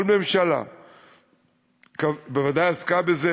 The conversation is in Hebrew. כל ממשלה בוודאי עסקה בזה